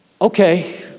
okay